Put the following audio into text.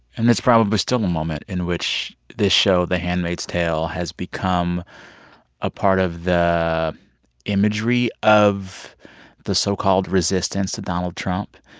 and there's probably still a moment, in which this show, the handmaid's tale, has become a part of the imagery of the so-called resistance to donald trump.